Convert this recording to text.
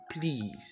please